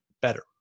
better